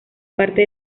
parte